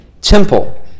temple